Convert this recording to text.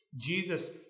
Jesus